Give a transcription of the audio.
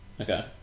Okay